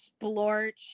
splorch